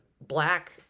Black